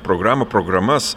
programą programas